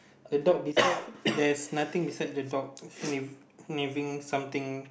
a dog beside there's nothing beside the dog sniffing something